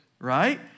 right